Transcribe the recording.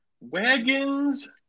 Wagons